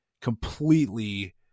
completely